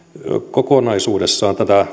kokonaisuudessaan